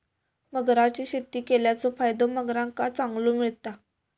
मगरांची शेती केल्याचो फायदो मगरांका चांगलो मिळता